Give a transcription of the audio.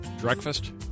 breakfast